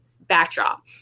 backdrop